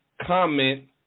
comment